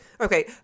okay